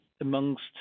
amongst